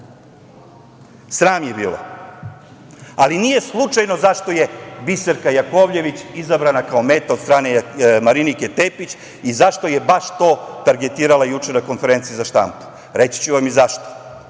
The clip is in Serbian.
Sram je bilo! Ali, nije slučajno zašto je Biserka Jakovljević izabrana kao meta od strane Marinike Tepić i zašto je baš to targetirala juče na konferenciji za štampu. Reći ću vam i zašto.